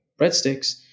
breadsticks